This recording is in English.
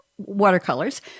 watercolors